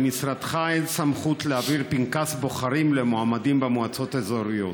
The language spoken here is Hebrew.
למשרדך אין סמכות להעביר פנקס בוחרים למועמדים במועצות האזוריות.